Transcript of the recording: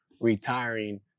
retiring